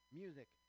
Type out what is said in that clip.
music